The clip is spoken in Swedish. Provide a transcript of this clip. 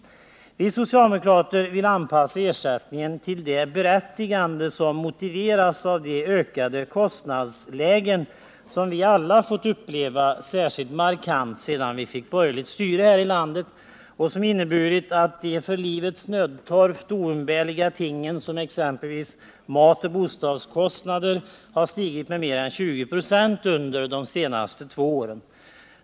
Vi socialdemokrater vill anpassa ersättningen till de ökade kostnader, som vi alla på ett kännbart sätt upplever sedan vi fått en borgerlig styrelse i det här landet. Detta har inneburit att under de senaste två åren de för livets nödtorft oumbärliga tingen, exempelvis mat och bostad, har stigit i pris med mer än 20 «6.